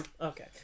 Okay